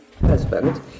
husband